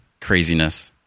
craziness